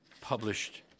published